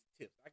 tips